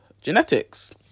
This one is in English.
genetics